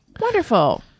wonderful